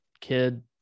kid